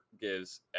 gives